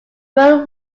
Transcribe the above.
brill